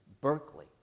Berkeley